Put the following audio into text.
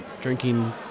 drinking